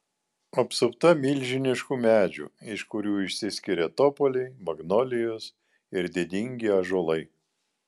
apsupta milžiniškų medžių iš kurių išsiskiria topoliai magnolijos ir didingi ąžuolai